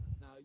Now